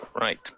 Right